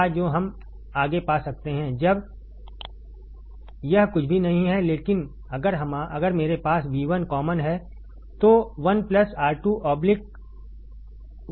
या जो हम आगे पा सकते हैं जब यह कुछ भी नहीं है लेकिन अगर मेरे पास V1 कॉमन है तो 1 R2 R1